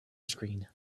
screen